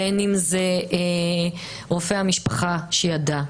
בין אם זה רופא המשפחה שידע.